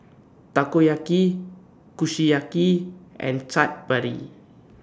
Takoyaki Kushiyaki and Chaat Papri